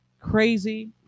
Crazy